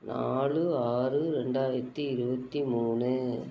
நாலு ஆறு ரெண்டாயிரத்தி இருபத்தி மூணு